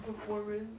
performance